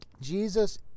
Jesus